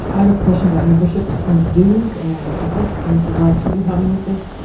and i have a question about memberships and dues, and i guess ms adad, could you help me with this?